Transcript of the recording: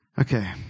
Okay